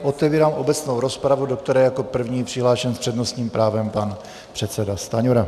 Otevírám obecnou rozpravu, do které je jako první přihlášen s přednostním právem pan předseda Stanjura.